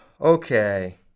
Okay